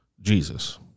Jesus